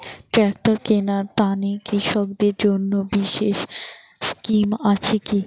Tractor কিনার তানে কৃষকদের জন্য বিশেষ স্কিম আছি কি?